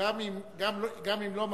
גם אם לא מסכימים,